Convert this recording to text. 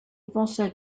pensais